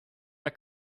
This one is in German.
der